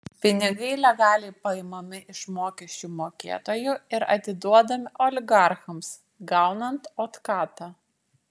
pinigai legaliai paimami iš mokesčių mokėtojų ir atiduodami oligarchams gaunant otkatą